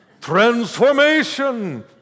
Transformation